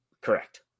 Correct